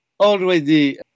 already